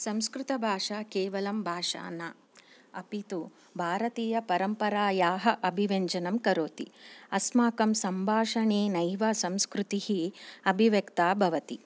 संस्कृतभाषा केवलं भाषा न अपि तु भारतीयपरम्परायाः अभिव्यञ्जनं करोति अस्माकं सम्भाषणेनैव संस्कृतिः अभिव्यक्ता भवति